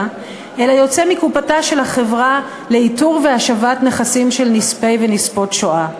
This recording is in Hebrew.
אלא יוצא מקופתה של החברה לאיתור והשבת נכסים של נספי ונספות השואה.